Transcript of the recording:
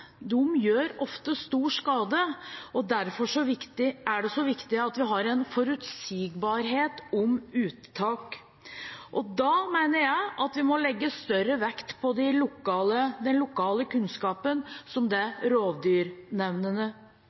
gjør ofte stor skade, og derfor er det så viktig at vi har en forutsigbarhet om uttak. Da mener jeg at vi må legge større vekt på den lokale kunnskapen, som den rovdyrnemndene besitter. Det er